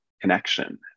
connection